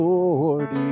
Lord